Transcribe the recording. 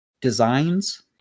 designs